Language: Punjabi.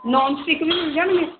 ਨੋਨ ਸਟਿਕ ਵੀ ਮਿਲ ਜਾਣਗੇ